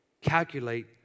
calculate